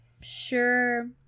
sure